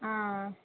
आ